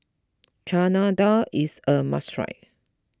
Chana Dal is a must try